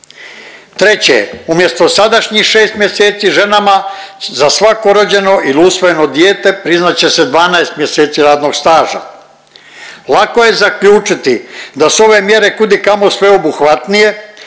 3. umjesto sadašnjih šest mjesecima ženama za svako rođeno ili usvojeno dijete priznat će se 12 mjeseci radnog staža. Lako je zaključiti da su ove mjere kudikamo sveobuhvatnije